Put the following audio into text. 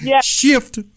shift